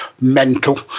mental